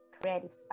creative